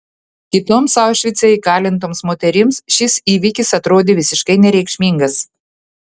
kitoms aušvice įkalintoms moterims šis įvykis atrodė visiškai nereikšmingas